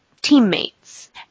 teammates